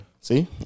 See